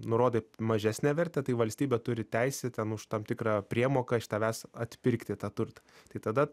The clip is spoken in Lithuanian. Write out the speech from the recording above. nurodai mažesnę vertę tai valstybė turi teisę ten už tam tikrą priemoką iš tavęs atpirkti tą turtą tai tada